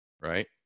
right